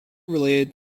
related